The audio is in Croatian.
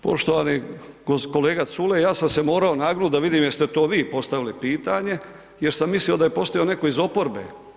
Poštovani kolega Culej, ja sam se morao nagnut da vidim jeste to vi postavili pitanje jer sam mislio da je postavio neko iz oporbe.